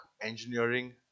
engineering